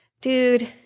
dude